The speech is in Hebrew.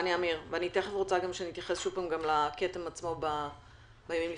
אני רוצה שנתייחס גם לכתם עצמו בימים לפני.